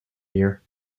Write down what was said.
year